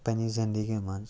پننہِ زنٛدگی منٛز